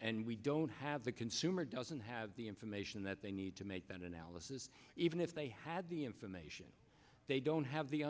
and we don't have the consumer doesn't have the information that they need to make that analysis even if they had the information they don't have the